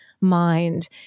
mind